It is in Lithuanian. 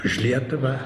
už lietuvą